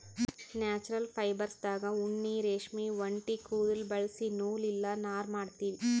natural ಫೈಬರ್ಸ್ದಾಗ್ ಉಣ್ಣಿ ರೇಷ್ಮಿ ಒಂಟಿ ಕುದುಲ್ ಬಳಸಿ ನೂಲ್ ಇಲ್ಲ ನಾರ್ ಮಾಡ್ತೀವಿ